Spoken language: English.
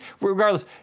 regardless